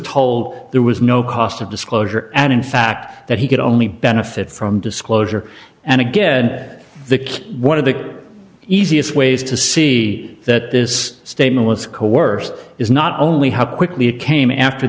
told there was no cost of disclosure and in fact that he could only benefit from disclosure and again the key one of the easiest ways to see that this statement was coerced is not only how quickly it came after